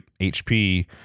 HP